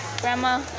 grandma